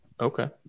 okay